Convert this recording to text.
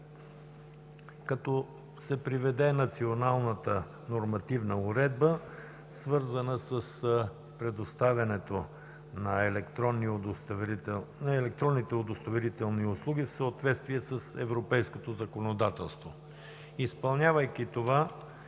като се преведе националната нормативна уредба, свързана с предоставянето на електронните удостоверителни услуги в съответствие с европейското законодателство. Изпълнявайки това,